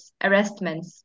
arrestments